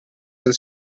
del